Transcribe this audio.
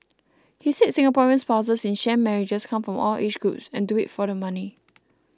he said Singaporean spouses in sham marriages come from all age groups and do it for the money